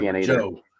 Joe